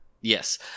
yes